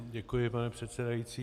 Děkuji, pane předsedající.